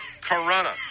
Corona